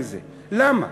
למה?